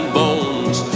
bones